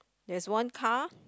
there is one car